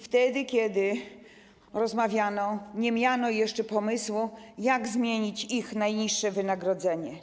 Wtedy kiedy rozmawiano, nie miano jeszcze pomysłu, jak zmienić ich najniższe wynagrodzenie.